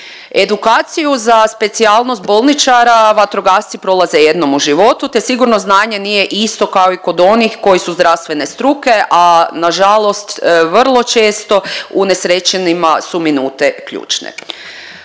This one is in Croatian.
Edukaciju za specijalnost bolničara vatrogasci prolaze jednom u životu, te sigurno znanje nije isto kao i kod onih koji su zdravstvene struke, a nažalost vrlo često unesrećenima su minute ključne.